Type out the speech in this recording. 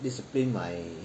discipline my